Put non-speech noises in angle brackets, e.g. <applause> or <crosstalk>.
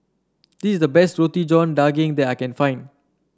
this is the best <unintelligible> john daging that I can find